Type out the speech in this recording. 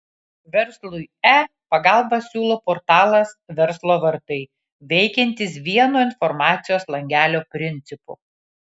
verslui e pagalbą siūlo portalas verslo vartai veikiantis vieno informacijos langelio principu